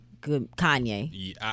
Kanye